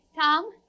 Tom